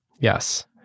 Yes